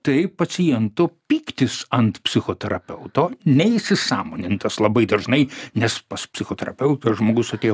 tai paciento pyktis ant psichoterapeuto neįsisąmonintas labai dažnai nes pas psichoterapeutą žmogus atėjo